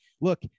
look